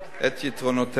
את יתרונותיה.